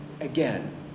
again